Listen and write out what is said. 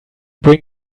bring